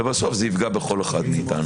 ובסוף זה יפגע בכל אחד מאיתנו.